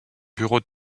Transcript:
bureau